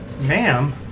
ma'am